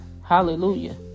Hallelujah